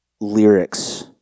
lyrics